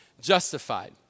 justified